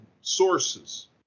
sources